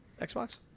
xbox